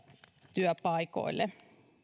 työpaikoille